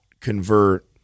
convert